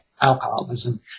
alcoholism